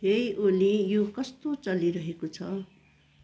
हे ओली यो कस्तो चलिरहेको छ